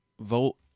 Vote